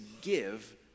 give